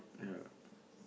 yeah